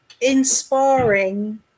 Inspiring